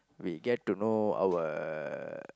we get to know our